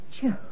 Joe